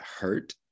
hurt